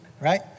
right